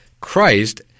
Christ